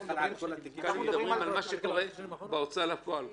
אנחנו מדברים על מה שקורה כבר בהוצאה לפועל.